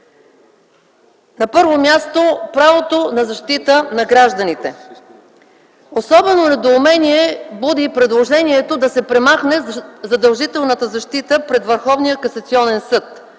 На първо място, правото на защита на гражданите. Особено недоумение буди предложението да се премахне задължителната защита пред